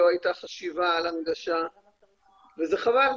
לא הייתה חשיבה על הנגשה וזה חבל.